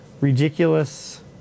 Ridiculous